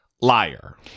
liar